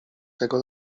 tego